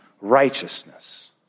righteousness